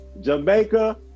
jamaica